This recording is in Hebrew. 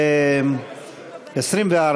24,